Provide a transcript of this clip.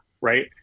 Right